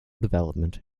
development